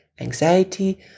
anxiety